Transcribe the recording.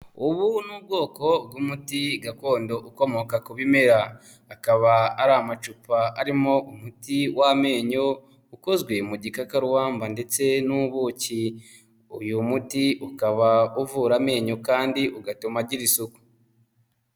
Ubu ni ubwoko bw'umuti gakondo ukomoka ku bimera, akaba ari amacupa arimo umuti w'amenyo ukozwe mu gikakarubamba, ndetse n'ubuki, uyu muti ukaba uvura amenyo kandi ugatuma agira isuku.